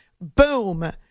Boom